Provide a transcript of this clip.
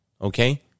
Okay